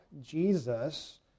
Jesus